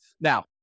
Now